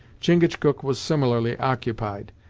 chingachgook was similarly occupied,